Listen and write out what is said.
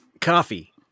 Coffee